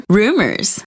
rumors